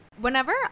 Whenever